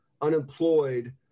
unemployed